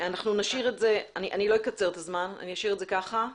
אני לא אקצר את הזמן, אני אשאיר את זה ככה.